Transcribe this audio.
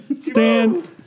Stand